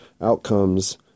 outcomes